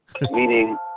meaning